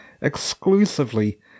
exclusively